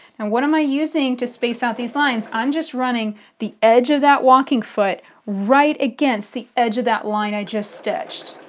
and what am i using to space out these lines? i'm just running the edge of that walking foot right against the edge of that line i just stitched.